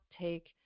take